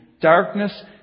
Darkness